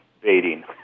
baiting